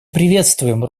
приветствуем